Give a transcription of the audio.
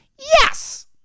Yes